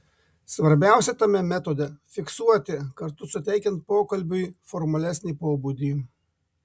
svarbiausia tame metode fiksuoti kartu suteikiant pokalbiui formalesnį pobūdį